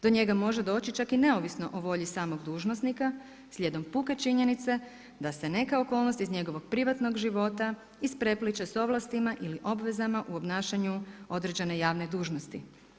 Do njega može doći čak i neovisno o volji samog dužnosnika slijedom puke činjenice da se neka okolnosti iz njegovog privatnog života isprepliće s ovlastima ili obvezama u obnašanju određene javne dužnosti.